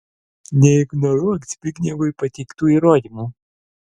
neignoruok zbignevui pateiktų įrodymų